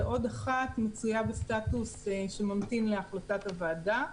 ועוד אחת מצויה בסטטוס שממתין להחלטת הוועדה.